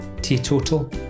Teetotal